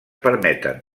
permeten